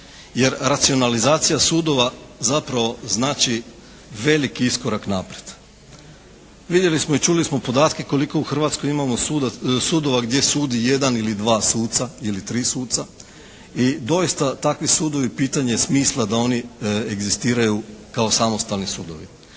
jer racionalizacija sudova zapravo znači veliki iskorak naprijed. Vidjeli smo i čuli smo podatke koliko u Hrvatskoj imamo sudova gdje sudi jedan ili dva, ili tri suca, i doista takvi sudovi pitanje je smisla da oni egzistiraju kao samostalni sudovi.